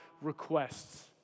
requests